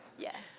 yeah,